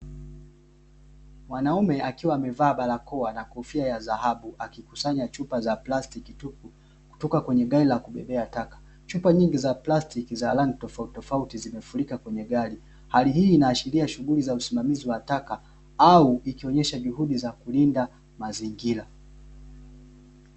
Mwanaume akiwa amevaa barakoa na kofia ya dhahabu akikusanya chupa za plastiki tu ,kutoka kwenye gari la kubebea taka chupa nyingi za plastiki za rangi tofauti tofauti zimefurika kwenye gari, hali hii inaashiria shughuli za usimamizi wa taka au shughuli za kulinda mazingira.